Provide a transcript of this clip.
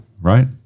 right